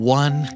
one